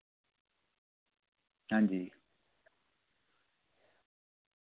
हां जी